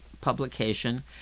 publication